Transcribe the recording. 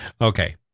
Okay